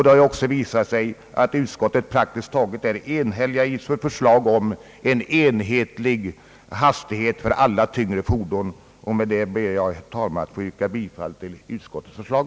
Det har också visat sig att utskottet praktiskt taget är enhälligt om förslaget rörande enhetlig hastighet för alla tyngre fordon. Med detta, herr talman, ber jag att få yrka bifall till utskottets förslag.